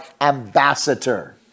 ambassador